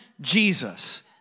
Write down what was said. Jesus